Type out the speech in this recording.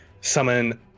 summon